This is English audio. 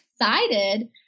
excited